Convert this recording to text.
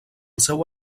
seu